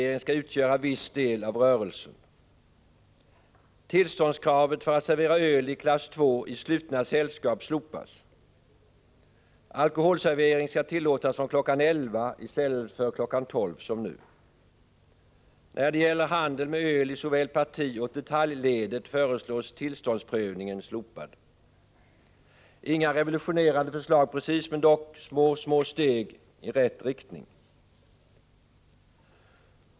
När det gäller handel med öl i såväl partisom detaljledet föreslås att tillståndsprövningen slopas. Detta är inga revolutionerande förslag precis, det är dock små små steg i rätt riktning.